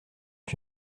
ont